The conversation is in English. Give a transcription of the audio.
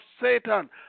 Satan